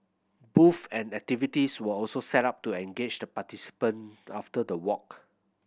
booth and activities were also set up to engage the participant after the walk